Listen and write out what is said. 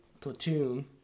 platoon